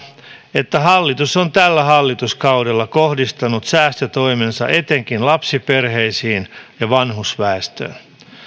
että hallitus on tällä hallituskaudella kohdistanut säästötoimensa etenkin lapsiperheisiin ja vanhusväestöön